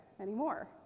anymore